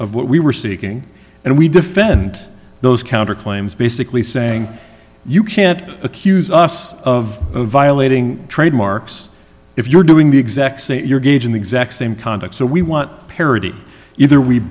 what we were seeking and we defend those counter claims basically saying you can't accuse us of violating trademarks if you're doing the exact same you're gauging the exact same conduct so we want parity either we